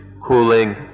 cooling